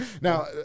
now